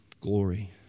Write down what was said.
glory